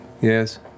Yes